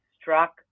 struck